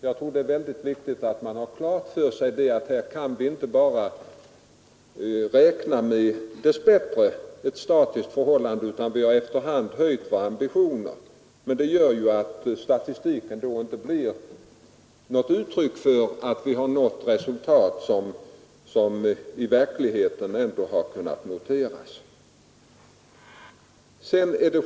Jag tror att det är viktigt att vi har klart för oss att vi — dess bättre — inte bara kan räkna med ett statiskt förhållande, utan vi har efter hand höjt våra ambitioner. Men därigenom kommer inte statistiken att ge något uttryck för att vi har nått de resultat som i verkligheten ändå har kunnat noteras.